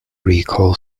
recall